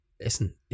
listen